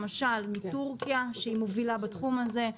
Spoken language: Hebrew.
למשל מתורכיה שהיא מובילה בתחום הזה,